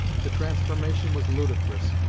the transformation was ludicrous,